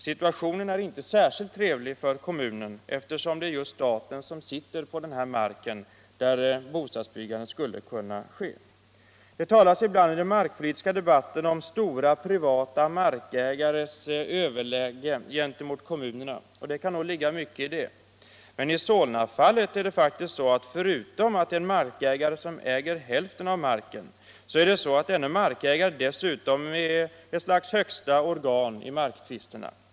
Situationen är inte särskilt trevlig för kommunen, eftersom det är just staten som sitter på den mark där bostadsbyggande skulle kunna ske. Det talas ibland i den markpolitiska debatten om stora privata markägares överläge gentemot kommunerna, och det kan nog ligga mycket i detta. Men i Solnafallet är det faktiskt så att förutom att en markägare äger hälften av marken är denne markägare ett slags högsta organ i marktvister.